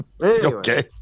Okay